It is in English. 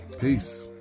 Peace